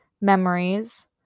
memories